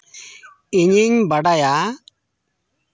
ᱤᱧᱤᱧ ᱵᱟᱰᱟᱭᱟ